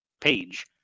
page